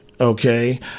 okay